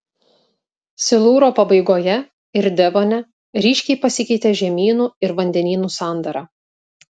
silūro pabaigoje ir devone ryškiai pasikeitė žemynų ir vandenynų sandara